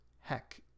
heck